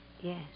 Yes